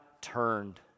turned